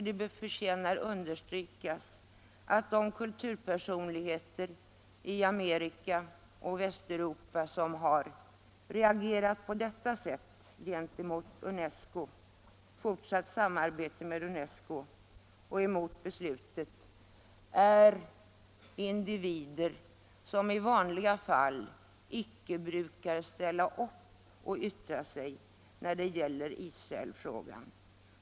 Det förtjänar att understrykas att de kulturpersonligheter i Amerika och Västeuropa som agerat på detta sätt gentemot fortsatt samarbete med UNESCO och mot sådana beslut som detta är individer som i vanliga fall icke ställer upp och yttrar sig när det gäller Israelfrågan.